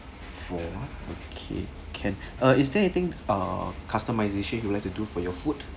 four ah okay can uh is there anything uh customisation you like to do for your food